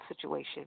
situation